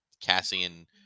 Cassian